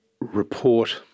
report